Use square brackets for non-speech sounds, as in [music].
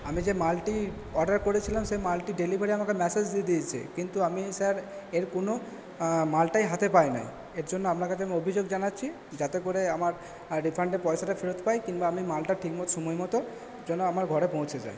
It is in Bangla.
আমি যে মালটি অর্ডা র করেছিলাম সে মালটি ডেলিভারি আমাকে ম্যাসেজ দিয়ে দিয়েছে কিন্তু আমি স্যার এর কোনো মালটাই হাতে পাই নাই এর জন্য আপনার কাছে আমি অভিযোগ জানাচ্ছি যাতে করে আমার রিফান্ডের পয়সাটা ফেরত পাই কিংবা আমি মালটা ঠিক [unintelligible] সময় মতো যেন আমার ঘরে পৌঁছে যায়